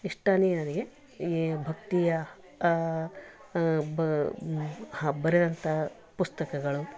ಇಷ್ಟೇನೆ ನನಗೆ ಈ ಭಕ್ತಿಯ ಅಬ್ಬರದಂತಹ ಪುಸ್ತಕಗಳು